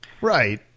right